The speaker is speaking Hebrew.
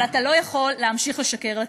אבל אתה לא יכול להמשיך לשקר לציבור.